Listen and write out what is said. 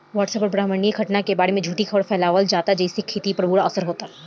WhatsApp पर ब्रह्माण्डीय घटना के बारे में झूठी खबर फैलावल जाता जेसे खेती पर बुरा असर होता